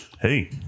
Hey